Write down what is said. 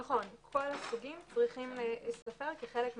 נכון, כל הסוגים צריכים להיספר כחלק מהשטח.